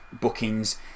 bookings